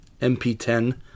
MP10